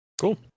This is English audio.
cool